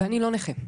ואני לא נכה.